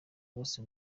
bose